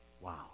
Wow